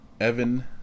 Evan